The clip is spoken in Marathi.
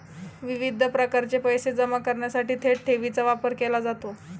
विविध प्रकारचे पैसे जमा करण्यासाठी थेट ठेवीचा वापर केला जातो